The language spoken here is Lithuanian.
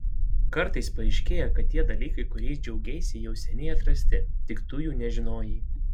kartais paaiškėja kad tie dalykai kuriais džiaugeisi jau seniai atrasti tik tu jų nežinojai